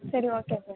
சரி okay sir